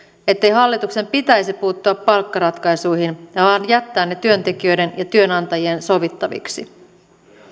ettei hallituksen pitäisi puuttua palkkaratkaisuihin vaan jättää ne työntekijöiden ja työnantajien sovittaviksi